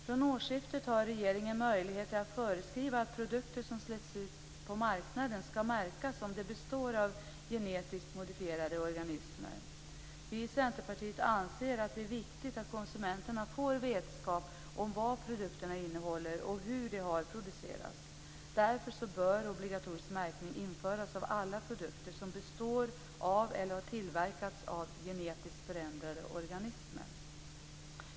Från årsskiftet har regeringen möjligheter att föreskriva att produkter som släpps ut på marknaden skall märkas om de består av genetiskt modifierade organismer. Vi i Centerpartiet anser att det är viktigt att konsumenterna får vetskap om vad produkterna innehåller och hur de har producerats. Därför bör obligatorisk märkning införas för alla produkter som består av eller har tillverkats av genetiskt förändrade organismer.